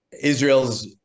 Israel's